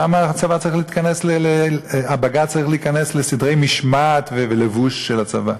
למה בג"ץ צריך להיכנס לסדרי משמעת ולבוש של הצבא?